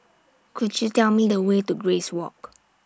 Could YOU Tell Me The Way to Grace Walk